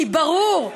כי ברור,